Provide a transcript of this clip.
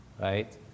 right